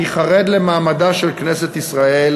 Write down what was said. אני חרד למעמדה של כנסת ישראל